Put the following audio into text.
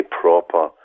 proper